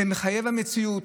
זה מחויב המציאות.